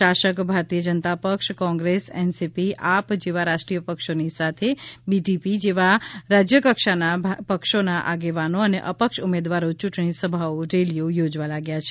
શાસક ભારતીય જનતા પક્ષ કોંગ્રેસ એનસીપી આપ જેવા રાષ્ટ્રીય પક્ષોની સાથે બીટીપી જેવા રાજ્યકક્ષાના પક્ષોના આગેવાનો અને અપક્ષ ઉમેદવારો ચૂંટણી સભાઓ રેલીઓ યોજવા લાગ્યા છે